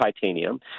titanium